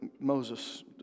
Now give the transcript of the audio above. Moses